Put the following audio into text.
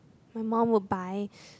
my mum would buy